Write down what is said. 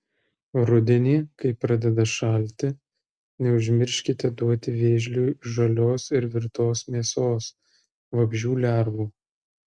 rudenį kai pradeda šalti neužmirškite duoti vėžliui žalios ir virtos mėsos vabzdžių lervų